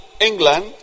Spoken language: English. England